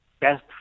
best